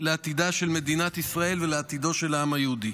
לעתידה של מדינת ישראל ולעתידו של העם היהודי.